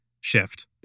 shift